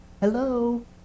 Hello